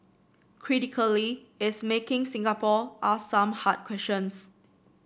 critically is making Singapore ask some hard questions